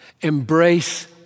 embrace